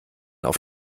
auf